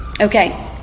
okay